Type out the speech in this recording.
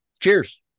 cheers